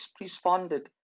responded